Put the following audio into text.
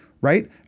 right